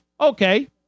Okay